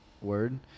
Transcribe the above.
word